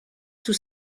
tous